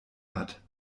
hat